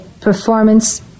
performance